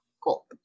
cool